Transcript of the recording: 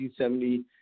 1970